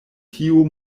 tiu